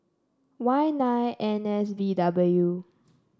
Y nine N S V W